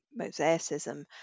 mosaicism